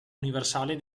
universale